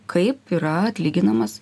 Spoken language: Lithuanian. kaip yra atlyginamas